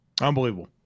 Unbelievable